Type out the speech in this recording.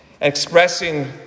expressing